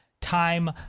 time